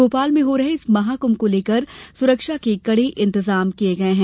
भोपाल में हो रहे इस महाकुंभ को लेकर सुरक्षा के कड़े इंतजाम किये गये हैं